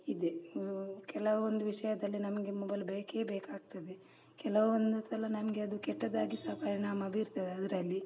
ಇದೆ ಕೆಲವೊಂದು ವಿಷಯದಲ್ಲಿ ನಮಗೆ ಮೊಬೈಲ್ ಬೇಕೇ ಬೇಕಾಗ್ತದೆ ಕೆಲವೊಂದು ಸಲ ನಮಗೆ ಅದು ಕೆಟ್ಟದಾಗಿ ಸಹ ಪರಿಣಾಮ ಬೀರ್ತದೆ ಅದರಲ್ಲಿ